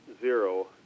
zero